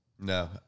No